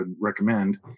recommend